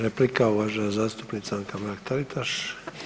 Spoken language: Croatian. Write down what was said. Replika, uvažena zastupnica Anka Mrak-Taritaš.